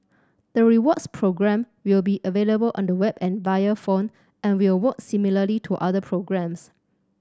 the rewards program will be available on the web and via phone and will work similarly to other programs